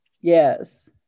Yes